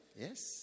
Yes